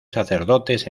sacerdotes